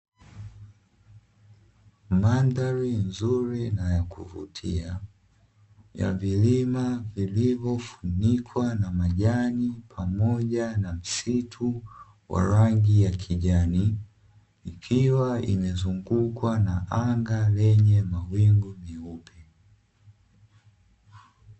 Mandhari nzuri na ya kuvutia ya vilima vilivyofunikwa na majani pamoja na msitu wa rangi ya kijani, ikiwa imezungukwa na anga lenye mawingu meupe.